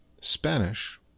spanish